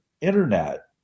Internet